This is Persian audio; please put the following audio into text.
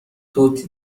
توتی